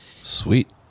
Sweet